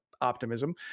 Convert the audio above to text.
optimism